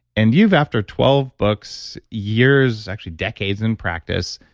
and you've after twelve books, years actually decades in practice,